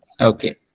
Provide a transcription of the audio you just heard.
Okay